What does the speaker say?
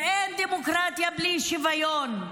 ואין דמוקרטיה בלי שוויון.